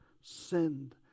Send